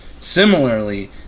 Similarly